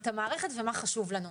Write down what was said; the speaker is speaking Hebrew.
את המערכת ומה חשוב לנו.